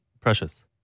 Precious